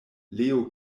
leo